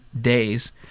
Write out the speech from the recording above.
days